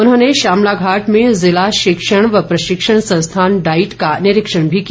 उन्होंने शामलाघाट में जिला शिक्षण व प्रशिक्षण संस्थान डाईट का निरीक्षण भी किया